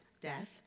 death